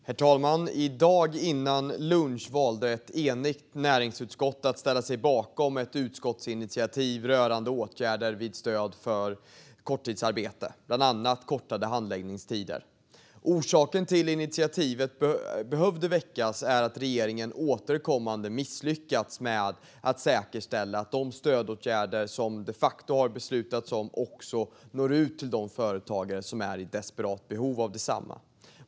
Herr talman! I dag innan lunch valde ett enigt näringsutskott att ställa sig bakom ett utskottsinitiativ rörande åtgärder vid stöd för korttidsarbete, bland annat kortade handläggningstider. Orsaken till att initiativet behövde väckas är att regeringen återkommande misslyckats med att säkerställa att de stödåtgärder som de facto har beslutats om också når ut till de företagare som är i desperat behov av desamma.